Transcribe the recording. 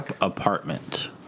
apartment